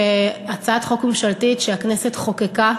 הצעת חוק ממשלתית שהכנסת חוקקה,